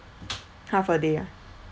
half a day ah